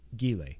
Gile